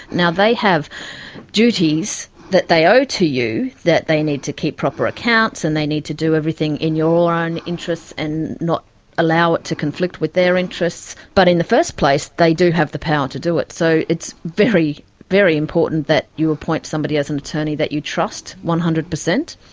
they have duties that they owe to you that they need to keep proper accounts and they need to do everything in your own interests and not allow it to conflict with their interests. but in the first place they do have the power to do it. so it's very, very important that you appoint somebody as an attorney that you trust one hundred percent.